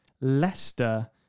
Leicester